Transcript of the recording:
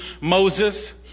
Moses